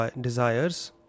desires